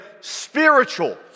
spiritual